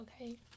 okay